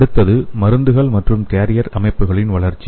அடுத்தது மருந்துகள் மற்றும் கேரியர் அமைப்புகளின் வளர்ச்சி